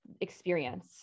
experience